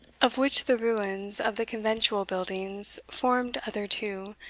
of which the ruins of the conventual buildings formed other two,